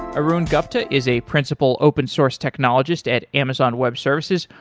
arun gupta is a principal open source technologist at amazon web services.